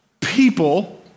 people